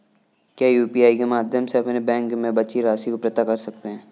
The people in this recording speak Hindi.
क्या यू.पी.आई के माध्यम से अपने बैंक में बची राशि को पता कर सकते हैं?